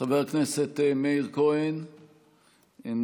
חבר הכנסת מאיר כהן איננו,